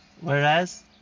Whereas